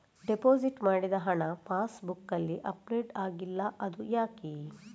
Deposit ಮಾಡಿದ ಹಣ ಪಾಸ್ ಬುಕ್ನಲ್ಲಿ ಅಪ್ಡೇಟ್ ಆಗಿಲ್ಲ ಅದು ಯಾಕೆ?